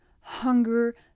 hunger